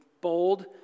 bold